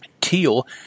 Teal